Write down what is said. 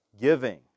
giving